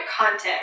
content